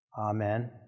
Amen